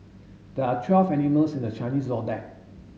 there are twelve animals in the Chinese